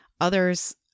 Others